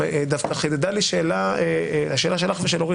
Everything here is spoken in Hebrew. דווקא מתוך האמירה של להתגבר על חוקי יסוד,